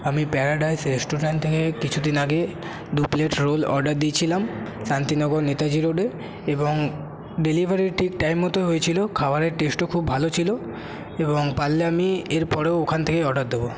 আমি Paradise restaurant থেকে কিছুদিন আগে দু প্লেট রোল অর্ডার দিয়েছিলাম শান্তিনগর নেতাজি রোডে এবং ডেলিভারি ঠিক টাইম মতো হয়েছিল খাবারের টেস্টও খুব ভালো ছিল এবং পারলে আমি এর পরেও ওখান থেকেই অর্ডার দেব